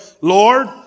Lord